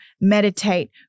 meditate